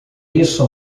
isso